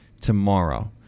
tomorrow